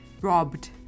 robbed